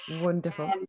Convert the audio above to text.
Wonderful